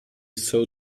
saw